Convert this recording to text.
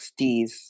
60s